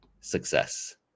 success